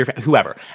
whoever